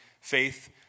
faith